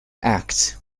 act